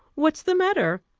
what's the matter?